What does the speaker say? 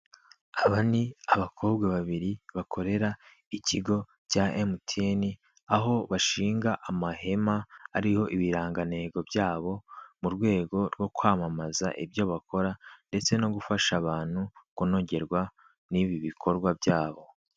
Aba ni abakobwa babiri bakorera ikigo cya emutiyeni, aho bashinga amahema ariho ibirangantego byabo, mu rwego rwo kwamamaza ibyo bakora, ndetse no gufasha abantu kunogerwa n'ibi bikorwa byabo.